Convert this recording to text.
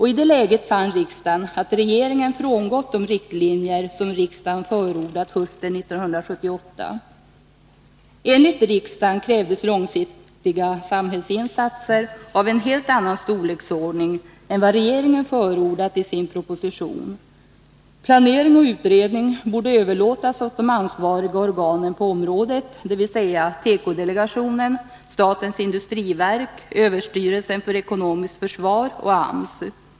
I det läget fann riksdagen att regeringen frångått de riktlinjer som riksdagen förordat hösten 1978. Enligt riksdagen krävdes långsiktiga samhällsinsatser av en helt annan storleksordning än vad regeringen förordat i sin proposition. Planering och utredning borde överlåtas åt de ansvariga organen på området, dvs. tekodelegationen, statens industriverk, överstyrelsen för ekonomiskt försvar och AMS.